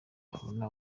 abona